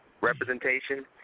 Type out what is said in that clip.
representation –